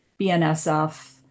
bnsf